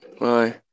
bye